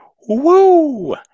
woo